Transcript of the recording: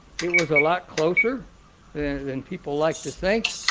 it was a lot closer than people like to think,